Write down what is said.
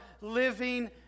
living